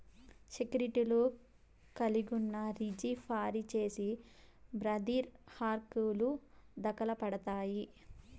సెక్యూర్టీలు కలిగున్నా, రిజీ ఫరీ చేసి బద్రిర హర్కెలు దకలుపడతాయి